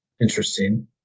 interesting